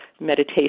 meditation